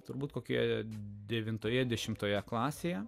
turbūt kokie devintoje dešimtoje klasėje